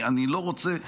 אני לא רוצה,